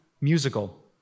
musical